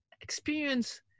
experience